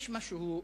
יש משהו,